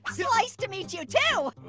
slice to meet you, too.